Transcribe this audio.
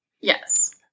Yes